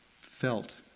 felt